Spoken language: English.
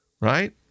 right